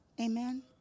Amen